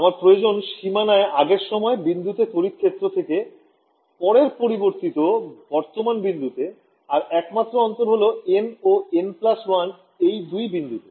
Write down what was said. আমার প্রয়োজন সীমানায় আগের সময় বিন্দুতে তড়িৎ ক্ষেত্র থেকে পরের পরিবর্তিত বর্তমান বিন্দুতে আর একমাত্র অন্তর হল n ও n1 এর দুই বিন্দুতে